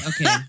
Okay